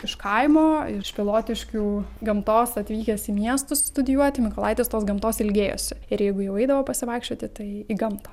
iš kaimo iš pilotiškių gamtos atvykęs į miestus studijuoti mykolaitis tos gamtos ilgėjosi ir jeigu jau eidavo pasivaikščioti tai į gamtą